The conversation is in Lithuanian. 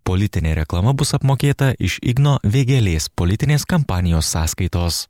politinė reklama bus apmokėta iš igno vėgėlės politinės kampanijos sąskaitos